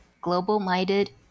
global-minded